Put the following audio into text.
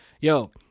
Yo